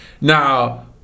Now